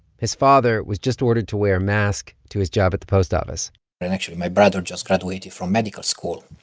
his father was just ordered to wear a mask to his job at the post office and actually, my brother just graduated from medical school,